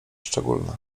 szczególne